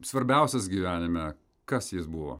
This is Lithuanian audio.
svarbiausias gyvenime kas jis buvo